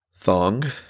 thong